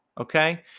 Okay